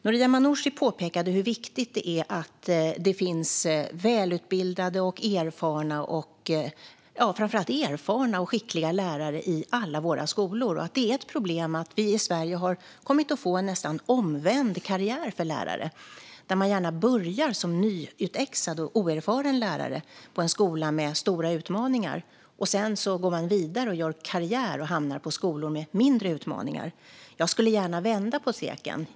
Noria Manouchi påpekade hur viktigt det är att det finns välutbildade, erfarna och skickliga lärare i alla våra skolor och att det är ett problem att vi i Sverige har kommit att få en nästan omvänd karriär för lärare där man som nyutexad och oerfaren lärare börjar på en skola med stora utmaningar och sedan går vidare och gör karriär och hamnar på skolor med mindre utmaningar. Jag skulle gärna vända på steken.